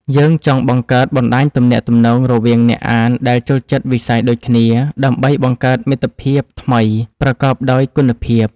យើងចង់បង្កើតបណ្ដាញទំនាក់ទំនងរវាងអ្នកអានដែលចូលចិត្តវិស័យដូចគ្នា ដើម្បីបង្កើតមិត្តភាពថ្មីប្រកបដោយគុណភាព។